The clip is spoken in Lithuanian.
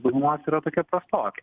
daugumos yra tokie prastoki